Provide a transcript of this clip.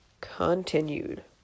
continued